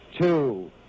two